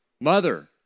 mother